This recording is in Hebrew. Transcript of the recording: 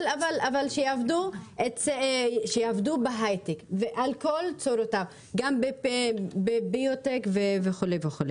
אבל שיעבדו בהיי-טק ועל כל צורותיו גם בביוטק וכו'.